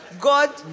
God